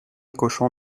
cochon